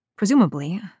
Presumably